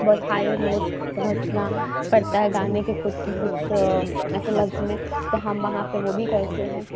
بہت higher notes پہنچنا پڑتا ہے گانے کے کچھ ایسے لفظ میں تو ہم وہاں پہ وہ بھی کرتے ہیں